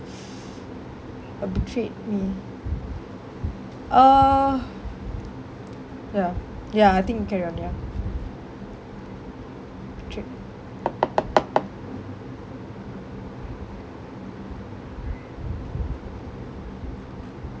uh betrayed me uh ya ya I think carry on ya betrayed